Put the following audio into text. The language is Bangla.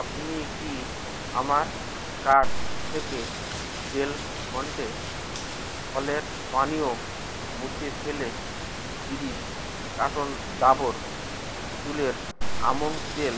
আপনি কি আমার কার্ট থেকে ডেল মন্টে ফলের পানীয় মুছে ফেলে তিরিশ কাটন ডাবর চুলের আমন্ড তেল